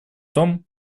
том